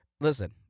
listen